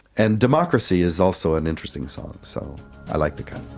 and democracy is also an interesting song, so i like